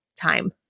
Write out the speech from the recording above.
time